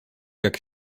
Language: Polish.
jak